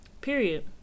Period